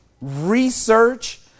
research